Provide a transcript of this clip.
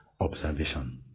observation